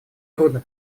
трудно